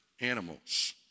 animals